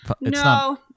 No